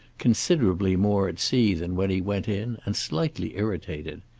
considerably more at sea than when he went in and slightly irritated.